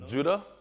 Judah